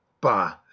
bah